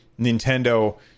Nintendo